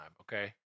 okay